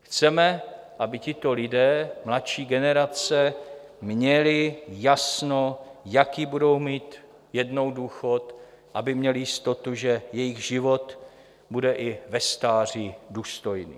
Chceme, aby tito lidé, mladší generace, měli jasno, jaký budou mít jednou důchod, aby měli jistotu, že jejich život bude i ve stáří důstojný.